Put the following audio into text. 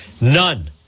None